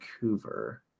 Vancouver